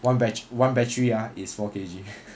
one batch one battery ah is four K_G